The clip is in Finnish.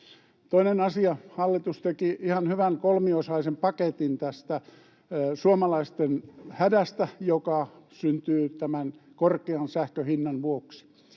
Toinen asia: Hallitus teki ihan hyvän kolmiosaisen paketin tästä suomalaisten hädästä, joka syntyi tämän korkean sähkönhinnan vuoksi,